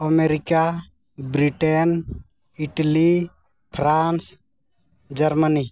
America Britain Italy France Germany